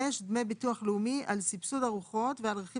(5) דמי ביטוח לאומי על סבסוד ארוחות ועל רכיב